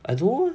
I dunno